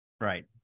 Right